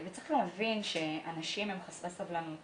צריך להבין שאנשים הם חסרי סבלנות